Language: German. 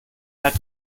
hat